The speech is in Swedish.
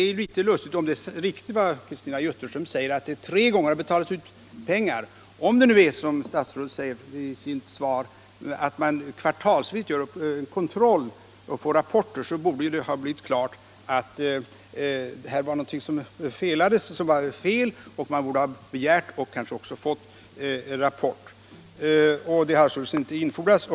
Det som Christina Jutterström säger, att pengar betalats ut tre gånger, låter litet lustigt om det samtidigt är på det sättet, som statsrådet säger i sitt svar, att man kvartalsvis gör kontroll och får rapporter. I så fall borde det ha blivit klart att någonting är fel på den här punkten. Man borde ha begärt, och kanske också ha fått, rapport. Något sådant besked har således inte infordrats.